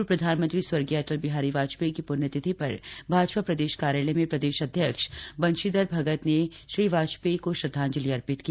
पूर्व प्रधानमंत्री स्वर्गीय अटल बिहारी वाजपेयी की पुण्य तिथि पर भाजपा प्रदेश कार्यालय में प्रदेश अध्यक्ष बंशीधर भगत ने श्री वाजपेयी को श्रद्दाजंलि अर्पित की